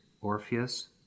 Orpheus